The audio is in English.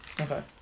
Okay